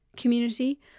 community